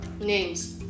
names